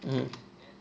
mmhmm